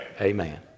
Amen